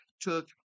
took